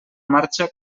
marxa